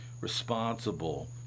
responsible